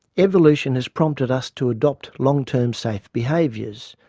evolution has prompted us to adopt long-term safe behaviours,